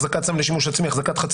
אחזקת סם ושימוש עצמי וכולי.